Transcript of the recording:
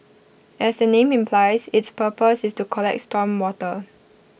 as the name implies its purpose is to collect storm water